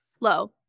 low